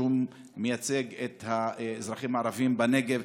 שמייצג את האזרחים הערבים בנגב,